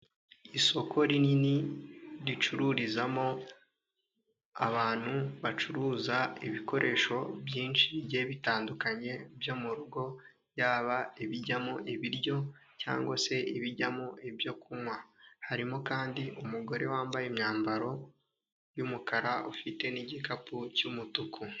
Isoko rinini ricururizamo abantu bacuruza ibikoresho byinshi bitandukanye byo mu rugo, yaba ibijyamo ibiryo cyangwa se ibijyamo ibyo kunywa, harimo kandi umugore wambaye imyambaro y'umukara ufite n'igikapu cy'umutuku.